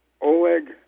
oleg